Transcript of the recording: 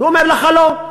הוא אומר לך: לא.